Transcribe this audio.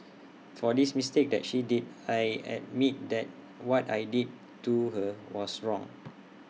for the mistake that she did I admit that what I did to her was wrong